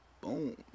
Boom